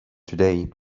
today